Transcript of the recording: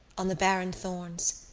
on the barren thorns.